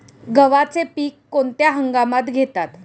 गव्हाचे पीक कोणत्या हंगामात घेतात?